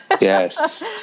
yes